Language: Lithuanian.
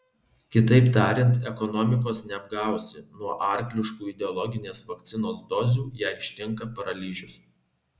kitaip tariant ekonomikos neapgausi nuo arkliškų ideologinės vakcinos dozių ją ištinka paralyžius